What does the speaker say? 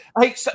Hey